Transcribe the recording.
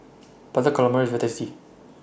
Butter Calamari IS very tasty